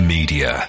Media